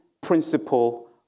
principle